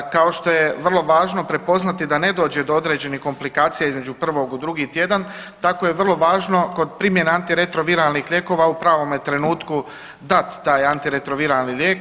Kao što je vrlo važno prepoznati da ne dođe do određenih komplikacija između prvog u drugi tjedan tako je vrlo važno kod primjene antiretroviralnih lijekova u pravome trenutku dati taj antiretroviralni lijek.